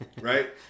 Right